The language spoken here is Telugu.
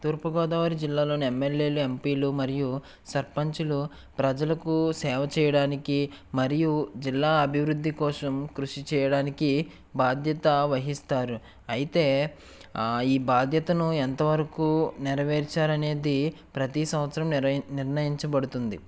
తూర్పుగోదావరి జిల్లాలోని ఎమ్మెల్యేలు ఎంపీలు మరియు సర్పంచులు ప్రజలకు సేవ చేయడానికి మరియు జిల్లా అభివృద్ధి కోసం కృషి చేయడానికి బాధ్యత వహిస్తారు అయితే ఈ బాధ్యతను ఎంతవరకు నెరవేర్చారు అనేది ప్రతి సంవత్సరం నిర్ణ నిర్ణయించబడుతుంది